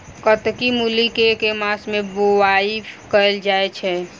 कत्की मूली केँ के मास मे बोवाई कैल जाएँ छैय?